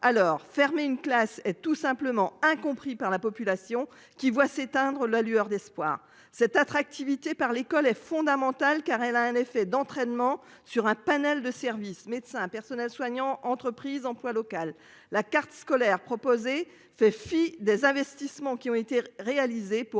alors fermer une classe et tout simplement incompris par la population qui voit s'éteindre la lueur d'espoir cette attractivité par l'école est fondamentale car elle a un effet d'entraînement sur un panel de services médecin personnel soignant, entreprise, emploi local. La carte scolaire proposée fait fi des investissements qui ont été réalisés pour